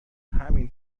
همین